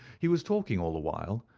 he was talking all the while,